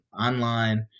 online